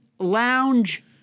lounge